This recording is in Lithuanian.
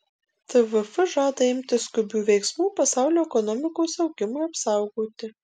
tvf žada imtis skubių veiksmų pasaulio ekonomikos augimui apsaugoti